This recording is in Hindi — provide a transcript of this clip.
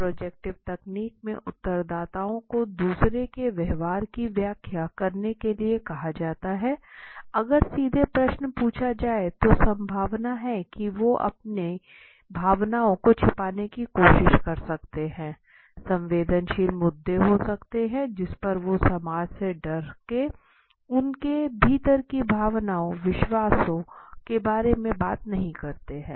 प्रोजेक्टिव तकनीक में उत्तरदाताओं को दूसरों के व्यवहार की व्याख्या करने के लिए कहा जाता है अगर सीधे पूछा जाए तो संभावना है की वो अपनी भावनाओं को छिपाने की कोशिश कर सकते हैं संवेदनशील मुद्दों हो सकते हैं जिस पर वो समाज के डर से उनके भीतर की भावनाओं विश्वासों के बारे में बात नहीं करते हैं